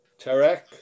Tarek